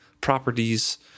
properties